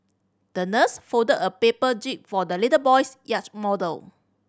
the nurse folded a paper jib for the little boy's yacht model